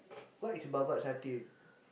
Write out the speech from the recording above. what is babat satay